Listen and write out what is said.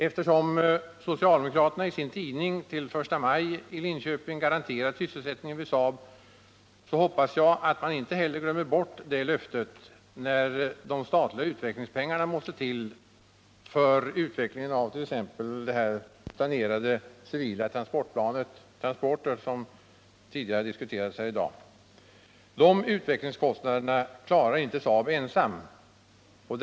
Eftersom socialdemokraterna i sin tidning till första maj i Linköping garanterat sysselsättningen vid Saab, hoppas jag att de inte glömmer bort det löftet när de statliga utvecklingspengarna måste till för utvecklingen av t.ex. det planerade civila transportplanet ”Transporter” som har diskuterats tidigare i dag. Utvecklingskostnaderna härför klarar inte Saab ensamt.